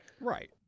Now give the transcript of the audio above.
right